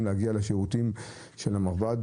להגיע לשירותים של המרב"ד זה מספיק?